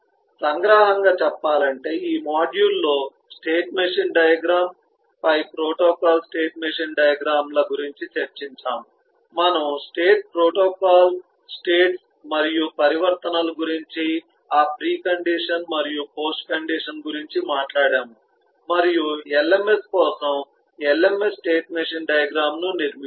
సంగ్రహంగా చెప్పాలంటే ఈ మాడ్యూల్లో స్టేట్ మెషిన్ డయాగ్రమ్ పై ప్రోటోకాల్ స్టేట్ మెషిన్ డయాగ్రమ్ ల గురించి చర్చించాము మనము స్టేట్ ప్రోటోకాల్ స్టేట్స్ మరియు పరివర్తనల గురించి ఆ ప్రీ కండిషన్ మరియు పోస్ట్ కండిషన్ గురించి మాట్లాడాము మరియు LMS కోసం LMS స్టేట్ మెషిన్ డయాగ్రమ్ ను నిర్మించాము